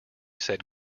said